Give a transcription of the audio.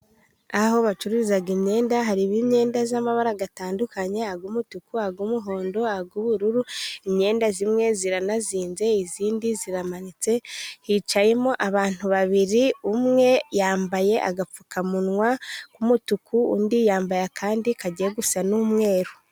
Aho bacuruza imyenda harimo imyenda y'amabara atandukanye, ay'umutuku, ay' umuhondo, ay'ubururu, imyenda imwe iranazinze, iyindi iramanitse. Hicayemo abantu babiri, umwe yambaye agapfukamunwa k'umutuku, undi yambaye akandi kagiye gusa n'umweru.